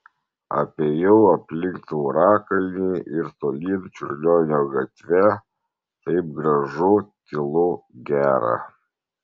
apėjau aplink taurakalnį ir tolyn čiurlionio gatve taip gražu tylu gera